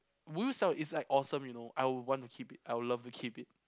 would you sell it's like awesome you know I would want to keep it I would love to keep it